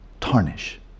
tarnish